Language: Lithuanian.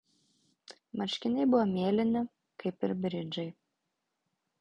marškiniai buvo mėlyni kaip ir bridžai